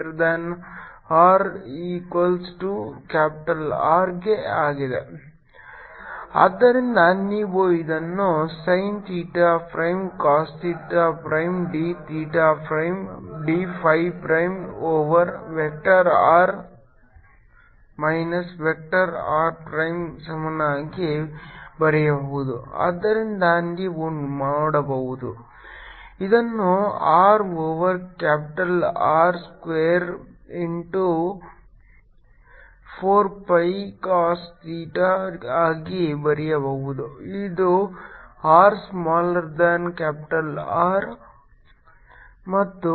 R24π0 cosr Rsindd r30 cosθ for r≤R R330 cosθr2 for r≥Rcosr Rsindd 4πr3R2cosθ for r≤R 4πR3r2cosθ for r≥R r Rr2R2 2rRcoscosθsinsinθcosϕ ϕ cossinddR2r2 2rRcoscosθsinsinθcosϕ ϕ ಆದ್ದರಿಂದ ನೀವು ಇದನ್ನು sin theta prime cos theta prime d theta prime d phi prime over vector r minus vector R prime ಸಮನಾಗಿ ಬರೆಯಬಹುದು ಆದ್ದರಿಂದ ನೀವು ನೋಡಬಹುದು ಇದನ್ನು r ಓವರ್ capital R square into 4 pi cos theta ಆಗಿ ಬರೆಯಬಹುದು ಇದು r smaller than capital R